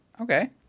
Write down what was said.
Okay